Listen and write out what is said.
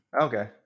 Okay